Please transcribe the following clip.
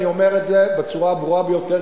אני אומר את זה בצורה הברורה ביותר,